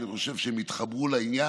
כי אני חושב שהם התחברו לעניין.